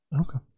okay